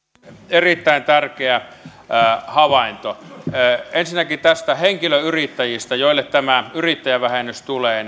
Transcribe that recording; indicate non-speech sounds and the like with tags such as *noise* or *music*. erittäin tärkeä havainto ensinnäkin melkein kahdeksallakymmenellä prosentilla näistä henkilöyrittäjistä joille tämä yrittäjävähennys tulee *unintelligible*